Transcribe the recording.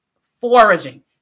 foraging